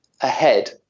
ahead